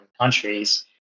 countries